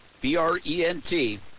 B-R-E-N-T